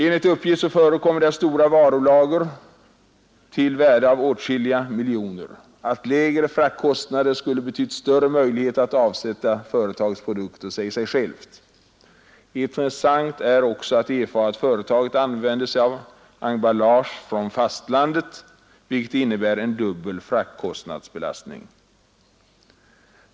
Enligt uppgifter förekommer inom företaget stora varulager till ett värde av åtskilliga miljoner kronor, och det säger sig självt att lägre fraktkostnader skulle ha betytt större möjligheter att avsätta dessa produkter. — Intressant är också att erfara att företaget använder sig av emballage från fastlandet, vilket innebär en dubbel fraktkostnadsbelastning.